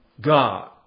God